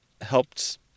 helped